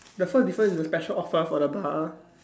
the first difference is the special offer for the bar